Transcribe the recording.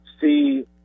see